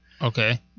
Okay